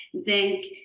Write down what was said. zinc